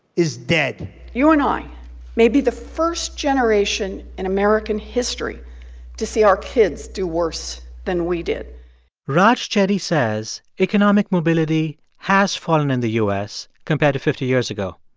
is dead you and i may be the first generation in american history to see our kids do worse than we did raj chetty says economic mobility has fallen in the u s. compared to fifty years ago.